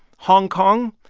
hong kong,